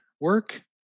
Work